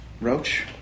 Roach